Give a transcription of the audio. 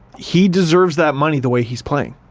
he deserves that money the way he's playing.